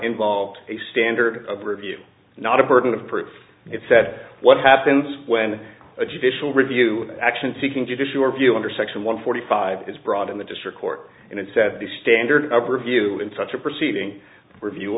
involved a standard of review not a burden of proof if that's what happens when a judicial review action seeking judicial review under section one forty five is brought in the district court and it set the standard of review in such a proceeding review